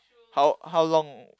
how how long